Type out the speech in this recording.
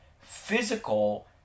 physical